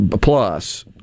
plus